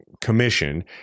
commission